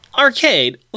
Arcade